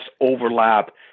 overlap